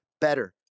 better